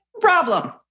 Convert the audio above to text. problem